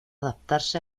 adaptarse